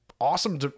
awesome